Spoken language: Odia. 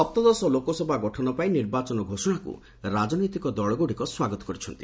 ସପ୍ତଦଶ ଲୋକସଭା ଗଠନପାଇଁ ନିର୍ବାଚନ ଘୋଷଣାକୁ ରାଜନୈତିକ ଦଳଗୁଡ଼ିକ ସ୍ୱାଗତ କରିଚ୍ଛନ୍ତି